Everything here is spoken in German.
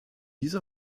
dieser